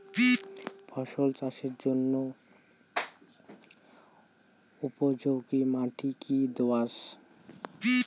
ফসল চাষের জন্য উপযোগি মাটি কী দোআঁশ?